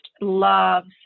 loves